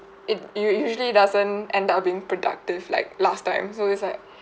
it u~ usually doesn't end up being productive like last time so it's like